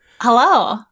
Hello